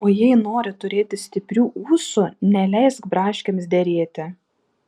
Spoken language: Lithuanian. o jei nori turėti stiprių ūsų neleisk braškėms derėti